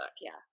Yes